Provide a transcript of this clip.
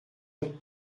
autres